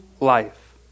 life